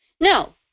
No